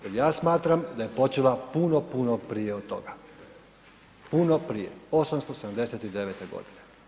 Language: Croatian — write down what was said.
Jer ja smatram da je počela puno, puno prije od toga, puno prije 879. godine.